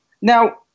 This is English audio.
Now